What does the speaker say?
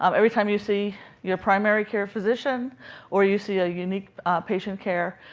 um every time you see your primary care physician or you see a unique patient care.